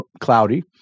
cloudy